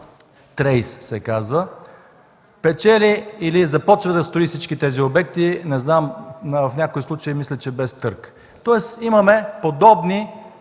Тоест имаме подобни